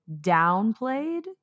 downplayed